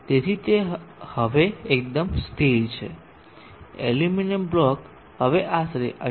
તેથી તે હવે એકદમ સ્થિર છે એલ્યુમિનિયમ બ્લોક હવે આશરે 18